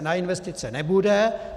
Na investice nebude.